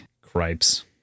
cripes